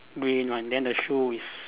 green one then the shoes is